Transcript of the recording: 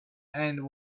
end